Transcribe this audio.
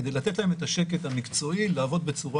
כדי לתת להם את השקט המקצועי לעבוד בצורה